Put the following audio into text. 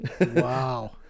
Wow